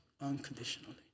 unconditionally